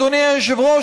אדוני היושב-ראש,